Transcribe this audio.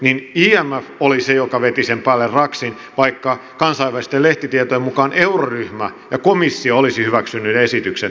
imf oli se joka veti sen päälle raksin vaikka kansainvälisten lehtitietojen mukaan euroryhmä ja komissio olisivat hyväksyneet esityksen